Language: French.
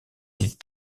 est